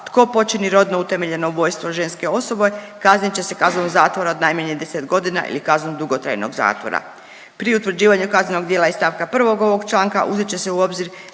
tko počini rodno utemeljeno ubojstvo ženske osobe kaznit će se kaznom zatvora od najmanje 10 godina ili kaznom dugotrajnog zatvora. Pri utvrđivanju kaznenog djela iz stavka 1. ovog članka uzet će se u obzir